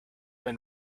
been